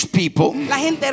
people